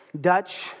Dutch